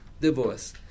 divorce